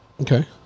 Okay